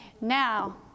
now